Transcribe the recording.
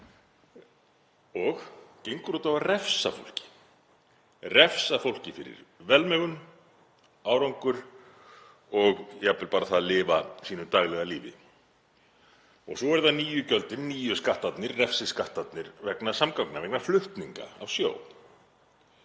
og gengur út á að refsa fólki, refsa fólki fyrir velmegun, árangur og jafnvel bara að lifa sínu daglega lífi. Svo eru það nýju gjöldin, nýju skattarnir, refsiskattarnir vegna samgangna, vegna flutninga á sjó.